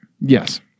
Yes